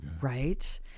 Right